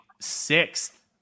sixth